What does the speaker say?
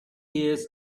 years